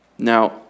Now